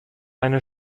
eine